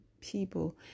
people